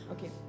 Okay